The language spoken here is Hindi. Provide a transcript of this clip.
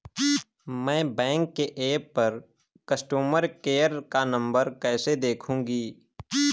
मैं बैंक के ऐप पर कस्टमर केयर का नंबर कैसे देखूंगी?